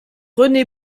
rené